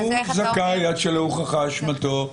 הוא זכאי עד שלא הוכחה אשמתו,